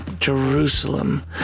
Jerusalem